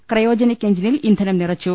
cryogenic എഞ്ചിനിൽ ഇന്ധനം നിറച്ചു